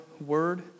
Word